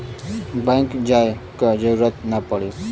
bank जाये क जरूरत ना पड़ी